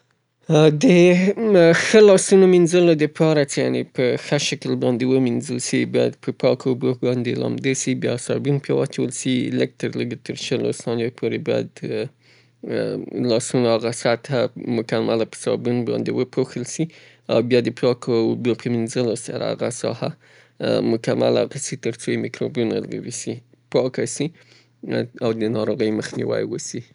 د دې د پاره څې خپل لاسونه مو په سمه توګه ومنیځئ، په پاکو او روانو اوبو سره یې لوند کئ، لږ تر لږه یې د شلو سانیو پورې یو له بل سره وسولوئ البته د صابون سره، ترڅو ټوله، د لاسو ټوله سطحه وپوښل سي، په شمول د لاسو شاته، د ګوتو منځونه او د نوکانو لاندې د پاکو او روانو اوبو پواسطه باندې په مکمل شګل ومینځئ، او وروسته له هغه به یې وچ.